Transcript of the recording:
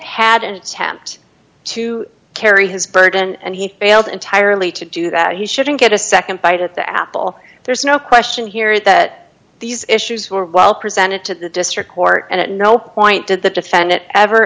had an attempt to carry his burden and he failed entirely to do that he shouldn't get a nd bite at the apple there's no question here that these issues were well presented to the district court and at no point did the defendant ever